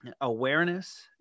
awareness